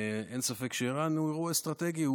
אין ספק שאיראן היא אירוע אסטרטגי.